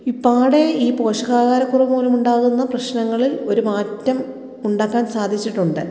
പാടെ ഈ പോഷക ആഹാര കുറവ് മൂലമുണ്ടാകുന്ന പ്രശ്നങ്ങളിൽ ഒരു മാറ്റം ഉണ്ടാക്കാൻ സാധിച്ചിട്ടുണ്ട്